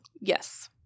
Yes